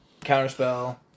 Counterspell